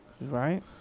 Right